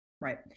right